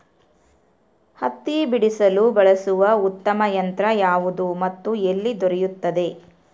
ಹತ್ತಿ ಬಿಡಿಸಲು ಬಳಸುವ ಉತ್ತಮ ಯಂತ್ರ ಯಾವುದು ಮತ್ತು ಎಲ್ಲಿ ದೊರೆಯುತ್ತದೆ?